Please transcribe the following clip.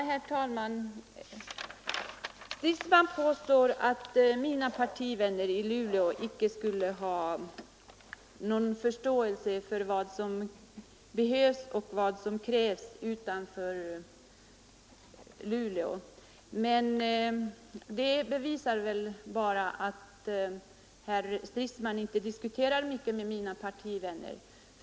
Herr talman! Herr Stridsman påstår att mina partivänner i Luleå icke skulle ha någon förståelse för vad som behövs och vad som krävs utanför Luleå. Men det bevisar väl bara att herr Stridsman inte diskuterar mycket med mina partivänner.